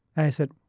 i said,